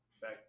Back